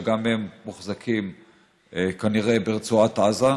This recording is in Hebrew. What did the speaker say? שגם הם מוחזקים כנראה ברצועת עזה,